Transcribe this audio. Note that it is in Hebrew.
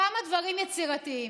כמה דברים יצירתיים.